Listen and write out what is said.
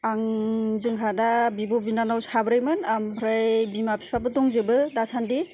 आं जोंहा दा बिब' बिनानाव साब्रैमोन ओमफ्राय बिमा बिफाबो दंजोबो दासान्दि